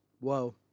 Whoa